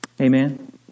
Amen